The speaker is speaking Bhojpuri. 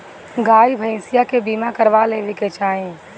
गाई भईसा के बीमा करवा लेवे के चाही